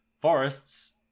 forests